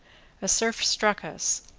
a surf struck us,